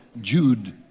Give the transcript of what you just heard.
Jude